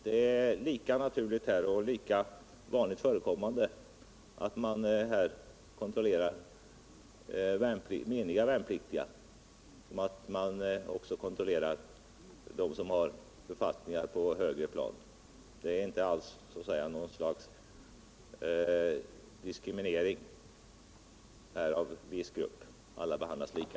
Det är lika naturligt och lika vanligt förekommande att man kontrollerar meniga värnpliktiga som att man kontrollerar dem som har befattningar på högre plan. Det är inte alls något slags diskriminering av en viss grupp, utan alla behandlas lika.